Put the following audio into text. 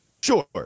Sure